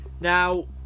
Now